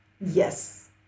yes